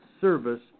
service